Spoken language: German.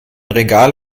regal